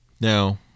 Now